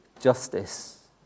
justice